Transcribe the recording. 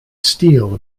steel